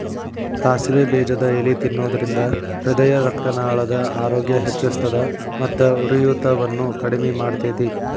ಸಾಸಿವೆ ಬೇಜದ ಎಲಿ ತಿನ್ನೋದ್ರಿಂದ ಹೃದಯರಕ್ತನಾಳದ ಆರೋಗ್ಯ ಹೆಚ್ಹಿಸ್ತದ ಮತ್ತ ಉರಿಯೂತವನ್ನು ಕಡಿಮಿ ಮಾಡ್ತೆತಿ